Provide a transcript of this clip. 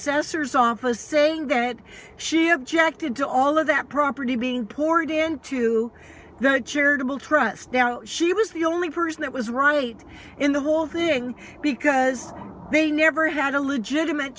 assessor's office saying that she objected to all of that property being poured into their charitable trust she was the only person that was right in the whole thing because they never had a legitimate